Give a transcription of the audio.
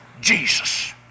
Jesus